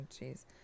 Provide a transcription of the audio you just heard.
jeez